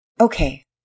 Okay